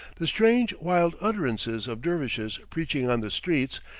the strange, wild utterances of dervishes preaching on the streets,